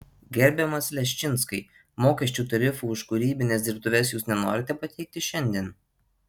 gerbiamas leščinskai mokesčių tarifų už kūrybines dirbtuves jūs nenorite pateikti šiandien